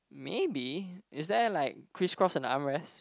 maybe is there like crisscross and armrest